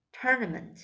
tournament